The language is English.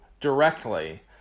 directly